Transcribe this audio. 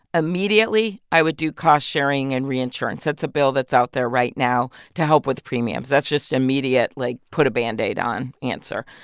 immediately, i would do cost sharing and reinsurance. that's a bill that's out there right now to help with premiums. that's just immediate, like, put a band-aid on answer.